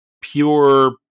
pure